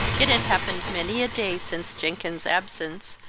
it had happened many a day since jenkins's absence,